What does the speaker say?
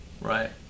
Right